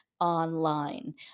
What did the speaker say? online